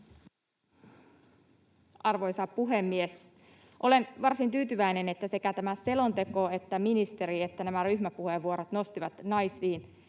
Arvoisa puhemies! Olen varsin tyytyväinen, että sekä tämä selonteko että ministeri että nämä ryhmäpuheenvuorot nostivat naisiin